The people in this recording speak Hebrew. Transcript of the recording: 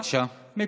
בבקשה.